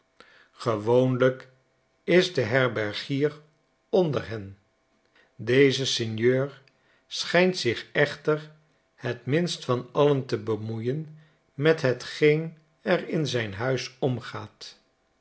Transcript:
gewoonlijk is de herbergier onder hen deze sinjeur schijnt zich echter het minst van alien te bemoeien met hetgeen er in zijn huis omgaat